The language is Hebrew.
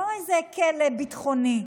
זה לא איזה כלא ביטחוני,